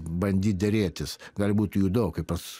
bandyt derėtis gali būt jų daug kaip pas